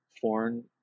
foreign